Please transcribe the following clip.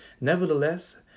Nevertheless